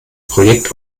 projekt